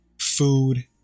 food